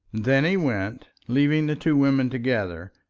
then he went, leaving the two women together,